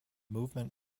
movement